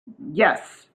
yes